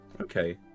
okay